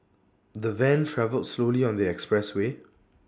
the van travelled slowly on the expressway